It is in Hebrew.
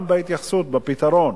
גם בהתייחסות ובפתרון.